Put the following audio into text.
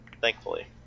Thankfully